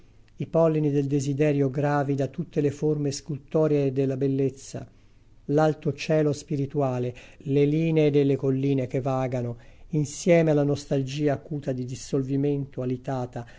i pollini del desiderio gravi da tutte le forme scultoree della bellezza l'alto cielo spirituale le linee delle colline che vagano insieme a la nostalgia acuta di dissolvimento alitata